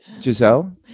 Giselle